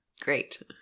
great